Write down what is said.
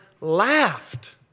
laughed